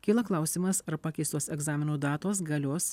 kyla klausimas ar pakeistos egzaminų datos galios